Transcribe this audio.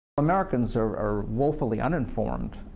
americans are are awfully uninformed.